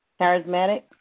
Charismatic